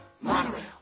monorail